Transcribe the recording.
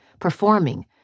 performing